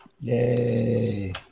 yay